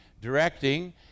directing